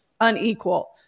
unequal